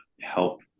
help